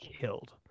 killed